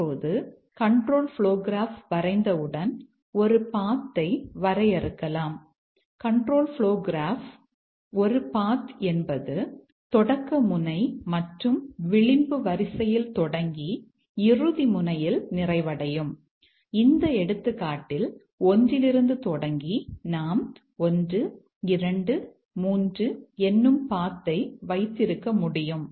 இப்போது control flow graph கள் சாத்தியமாகும்